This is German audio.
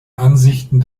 ansichten